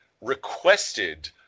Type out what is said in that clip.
requested